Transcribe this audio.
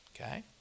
Okay